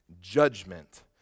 judgment